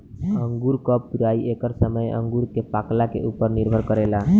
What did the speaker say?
अंगूर कब तुराई एकर समय अंगूर के पाकला के उपर निर्भर करेला